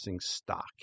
stock